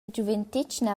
giuventetgna